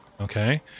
Okay